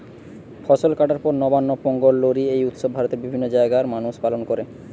ফসল কাটার পর নবান্ন, পোঙ্গল, লোরী এই উৎসব ভারতের বিভিন্ন জাগায় মানুষ পালন কোরে